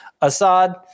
Assad